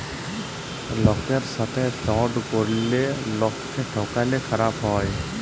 লকের সাথে ফ্রড ক্যরলে লকক্যে ঠকালে খারাপ হ্যায়